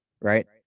right